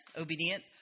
obedient